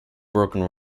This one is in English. broken